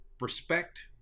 respect